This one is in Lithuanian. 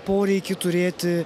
poreikį turėti